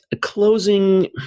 closing